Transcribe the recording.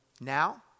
now